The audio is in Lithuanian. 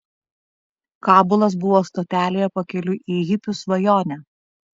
kabulas buvo stotelė pakeliui į hipių svajonę